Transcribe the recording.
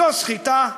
זו סחיטה.